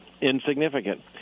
insignificant